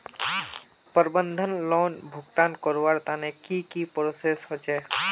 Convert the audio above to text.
प्रबंधन लोन भुगतान करवार तने की की प्रोसेस होचे?